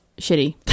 shitty